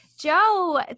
joe